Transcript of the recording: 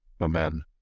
Amen